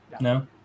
No